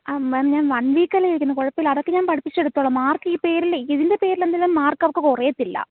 ആ മേം ഞാൻ one week അല്ലേ ചോദിക്കുന്നത് കുഴപ്പം അല്ല അതൊക്കെ ഞാൻ പഠിപ്പിച്ച് കൊടുത്തോളം മാർക്ക് ഈ പേരിൽ ഇതിൻ്റെ പേരിൽ എന്തായാലും മാർക്ക് അവൾക്ക് കുറയത്തില്ല